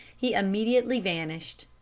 he immediately vanished.